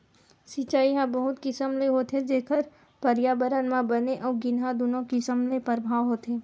सिचई ह बहुत किसम ले होथे जेखर परयाबरन म बने अउ गिनहा दुनो किसम ले परभाव होथे